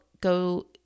go